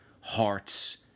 hearts